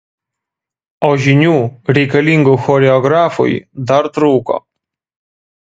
o žinių reikalingų choreografui dar trūko